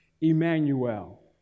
Emmanuel